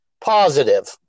positive